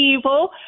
evil